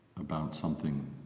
about something